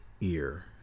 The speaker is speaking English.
ear